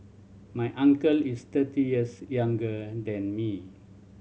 my uncle is thirty years younger than me